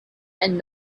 and